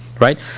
right